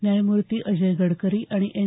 न्यायमूर्ती अजय गडकरी आणि एन